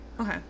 Okay